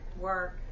work